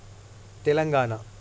Telangana